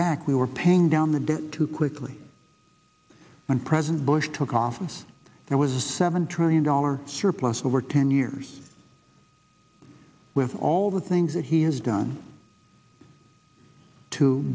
back we were paying down the debt too quickly when president bush took office there was a seven trillion dollar surplus over ten years with all the things that he has done to